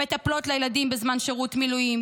מטפלות לילדים בזמן שירות מילואים,